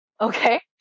Okay